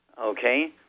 okay